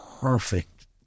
perfect